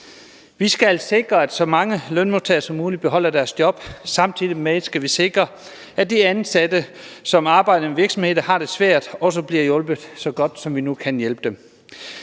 Vi skal sikre, at så mange lønmodtagere som muligt beholder deres job, og samtidig med det skal vi sikre, at de ansatte, som arbejder på en virksomhed, der har det svært, også bliver hjulpet så godt, som vi nu kan hjælpe dem.